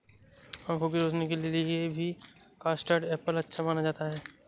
आँखों की रोशनी के लिए भी कस्टर्ड एप्पल अच्छा माना जाता है